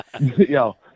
Yo